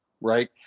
right